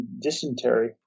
dysentery